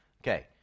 okay